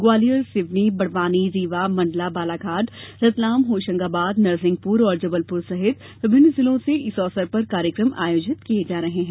ग्वालियर सिवनी ॅबड़वानीरीवा मण्डला बालाघाट रतलाम होशंगाबाद नरसिंहपुर और जबलपुर सहित विभिन्न जिलों से इस अवसर पर कार्यक्रम आयोजित किये जा रहे हैं